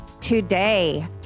Today